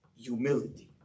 humility